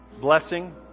blessing